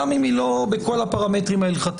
גם אם היא לא בכל הפרמטרים ההלכתיים.